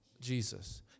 Jesus